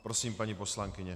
Prosím, paní poslankyně.